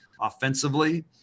offensively